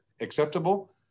acceptable